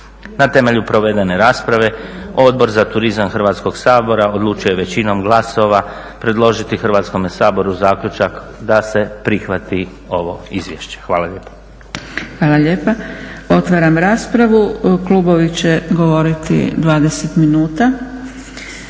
Na temelju provedene rasprave Odbor za turizam Hrvatskog sabora odlučio je većinom glasova predložiti Hrvatskome saboru zaključak da se prihvati ovo izvješće. Hvala lijepo.